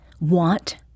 want